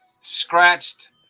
scratched